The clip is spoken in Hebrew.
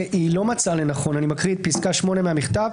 שהיא לא מצאה לנכון אני מקריא את פסקה 8 מהמכתב